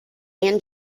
and